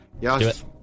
Yes